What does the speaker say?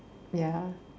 ya